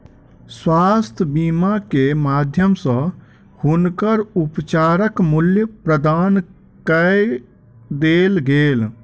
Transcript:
स्वास्थ्य बीमा के माध्यम सॅ हुनकर उपचारक मूल्य प्रदान कय देल गेल